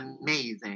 amazing